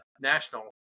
national